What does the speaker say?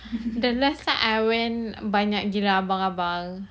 the last time I went banyak gila abang-abang